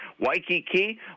Waikiki